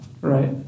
Right